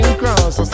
cross